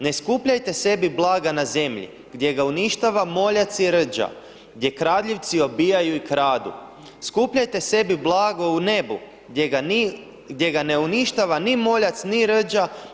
Ne skupljajte sebi blaga na zemlji gdje ga uništava moljac i rđa, gdje kradljivci obijaju i kradu, skupljajte sebi blago u nebu gdje ga ne uništava ni moljac ni rđa.